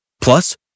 Plus